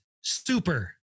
super